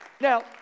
Now